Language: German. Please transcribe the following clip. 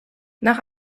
nach